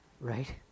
right